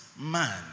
man